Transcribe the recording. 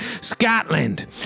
Scotland